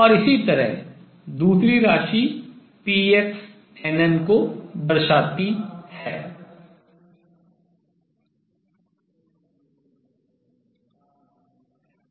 और इसी तरह दूसरी राशि pxnn को दर्शाती represent करती है